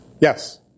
Yes